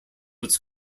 its